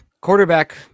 quarterback